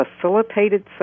facilitated